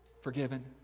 forgiven